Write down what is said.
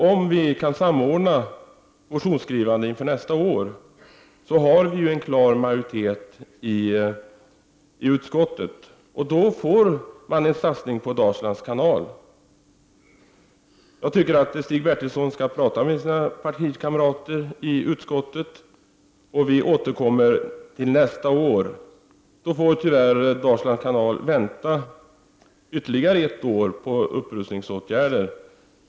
Om vi kan samordna motionsskrivandet inför nästa år innebär det att vi får en klar majoritet i utskottet. Då blir det en satsning på Dalslands kanal. Jag tycker att Stig Bertilsson skall tala med sina partikamrater i utskottet. Vi återkommer nästa år. Därmed får Dalslands kanal tyvärr vänta ytterligare ett år på upprustningsåtgärder.